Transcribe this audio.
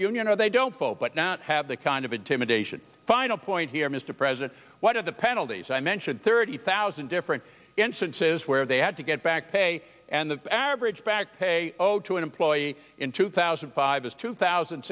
know they don't vote but not have the kind of intimidation final point here mr president what are the penalties i mentioned thirty thousand different instances where they had to get back pay and the average back pay owed to an employee in two thousand and five is two thousand